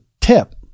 tip